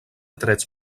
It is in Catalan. trets